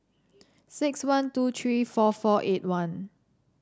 six one two three four four eight one